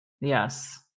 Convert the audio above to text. yes